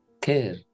care